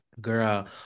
girl